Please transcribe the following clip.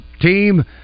Team